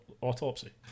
autopsy